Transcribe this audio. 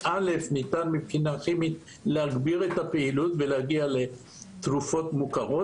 מבחינה כימית ניתן להגביר את הפעילות ולהגיע לתרופות מוכרות.